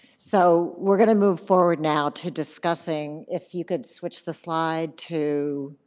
so we're going to move forward now to discussing, if you could switch the slide to